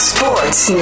Sports